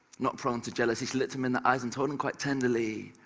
not prone to jealousy, she looked him in the eyes and told him quite tenderly,